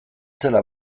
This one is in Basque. zela